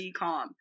DCOM